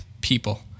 people